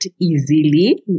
easily